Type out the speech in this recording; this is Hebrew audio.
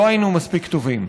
לא היינו מספיק טובים,